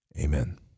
Amen